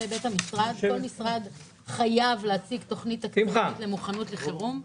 המשרד חייב להציג תוכנית מוכנות לחרום,